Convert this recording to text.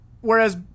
whereas